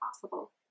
possible